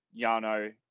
Yano